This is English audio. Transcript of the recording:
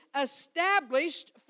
established